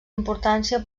importància